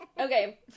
Okay